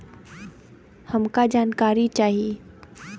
हमका जानकारी चाही?